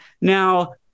Now